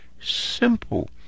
simple